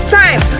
time